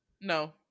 No